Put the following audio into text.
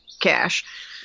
cash